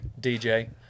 dj